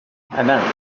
announced